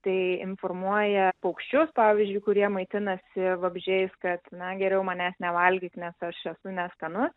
tai informuoja paukščius pavyzdžiui kurie maitinasi vabzdžiais kad na geriau manęs nevalgyk nes aš esu neskanus